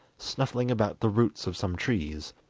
snuffling about the roots of some trees.